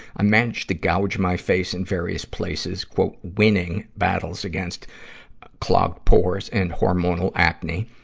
i managed to gouge my face in various places winning battles against clogged pores and hormonal acne.